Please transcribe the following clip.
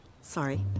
Sorry